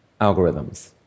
algorithms